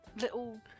little